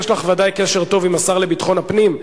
יש לך ודאי קשר טוב עם השר לביטחון הפנים,